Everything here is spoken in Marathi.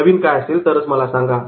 नवीन काय असेल तरच मला सांगा